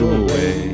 away